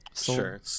sure